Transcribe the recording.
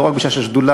לא רק פגישה של שדולה,